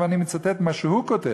ואני מצטט ממה שהוא כותב,